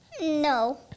No